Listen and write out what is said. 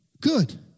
Good